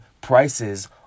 prices